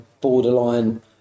borderline